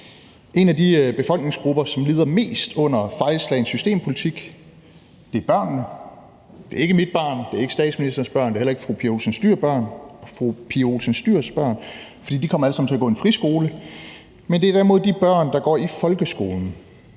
En af de befolkningsgrupper, som lider mest under fejlslagen systempolitik, er børnene. Det er ikke mit barn, det er ikke statsministerens børn, det er heller ikke fru Pia Olsen Dyhrs børn, for de kommer alle sammen til at gå i en friskole, men det er derimod de børn, der går i folkeskolen.